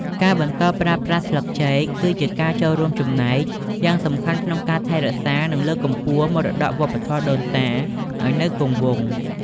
ការបន្តប្រើប្រាស់ស្លឹកចេក គឺជាការចូលរួមចំណែកយ៉ាងសំខាន់ក្នុងការ ថែរក្សា និងលើកកម្ពស់មរតកវប្បធម៌ដូនតា ឱ្យនៅគង់វង្ស។